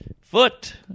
Foot